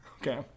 okay